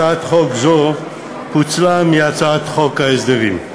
הצעת חוק זו פוצלה מהצעת חוק ההסדרים.